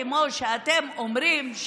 כמו שאתם אומרים,